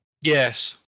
Yes